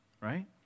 Right